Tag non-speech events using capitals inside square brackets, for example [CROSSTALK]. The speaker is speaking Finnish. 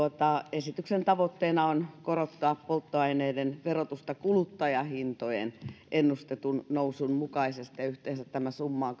esityksen tavoitteena on korottaa polttoaineiden verotusta kuluttajahintojen ennustetun nousun mukaisesti yhteensä tämä summa [UNINTELLIGIBLE]